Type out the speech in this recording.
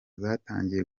zatangiye